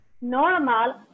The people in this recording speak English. normal